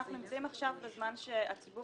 אנחנו נמצאים עכשיו בזמן שבו הציבור